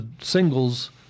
singles